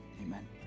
amen